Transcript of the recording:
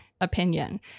opinion